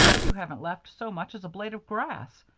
you haven't left so much as a blade of grass.